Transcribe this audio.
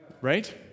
Right